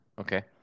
okay